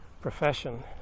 profession